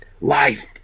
Life